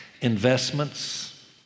Investments